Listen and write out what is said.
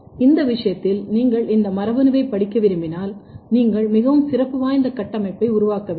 அந்த விஷயத்தில் நீங்கள் இந்த மரபணுவைப் படிக்க விரும்பினால் நீங்கள் மிகவும் சிறப்பு வாய்ந்த கட்டமைப்பை உருவாக்க வேண்டும்